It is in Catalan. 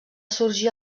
sorgir